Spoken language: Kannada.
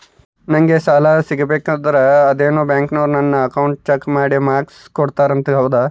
ನಂಗೆ ಸಾಲ ಸಿಗಬೇಕಂದರ ಅದೇನೋ ಬ್ಯಾಂಕನವರು ನನ್ನ ಅಕೌಂಟನ್ನ ಚೆಕ್ ಮಾಡಿ ಮಾರ್ಕ್ಸ್ ಕೊಡ್ತಾರಂತೆ ಹೌದಾ?